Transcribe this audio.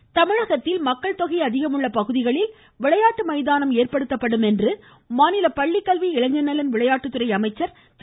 செங்கோட்டையன் தமிழகத்தில் மக்கள்தொகை அதிகம் உள்ள பகுதிகளில் விளையாட்டு மைதானம் ஏற்படுத்தப்படும் என்று மாநில பள்ளிக்கல்வி இளைஞர் நலன் விளையாட்டுத்துறை அமைச்சர் திரு